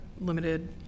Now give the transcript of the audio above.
limited